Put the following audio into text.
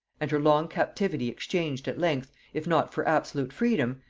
and her long captivity exchanged at length, if not for absolute freedom,